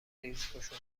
ریزخشونتها